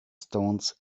stones